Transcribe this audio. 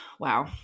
wow